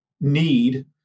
need